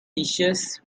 dishes